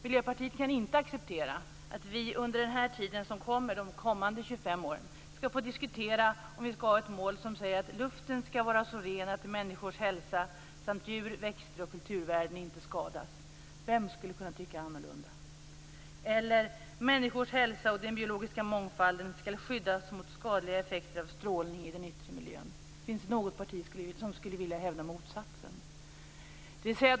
Miljöpartiet kan inte acceptera att det under de kommande 25 åren skall diskuteras om ifall man skall ha målet att luften skall vara så ren att människors hälsa samt djur, växter och kulturvärden inte skadas. Vem skulle kunna tycka annorlunda? Eller: Människors hälsa och den biologiska mångfalden skall skyddas mot skadliga effekter av strålning i den yttre miljön. Finns det något parti som skulle vilja hävda motsatsen?